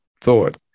thought